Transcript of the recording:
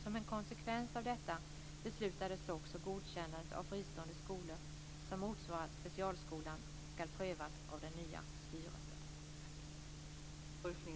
Som en konsekvens av detta beslutades också att godkännande av fristående skolor som motsvarar specialskolan ska prövas av den nya styrelsen.